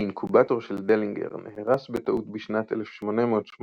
האינקובטור של דלינגר נהרס בטעות בשנת 1886,